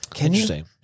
Interesting